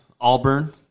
Auburn